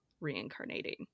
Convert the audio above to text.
reincarnating